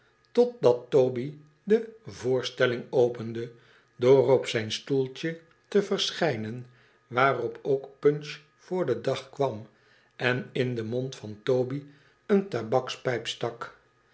totdat toby de voorstelling opende door op zijn stoeltje te verschijnen waarop ook punch voor den dag kwam en in den mond van toby een tabakspijp